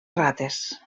rates